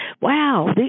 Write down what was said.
wow